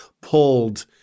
pulled